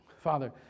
Father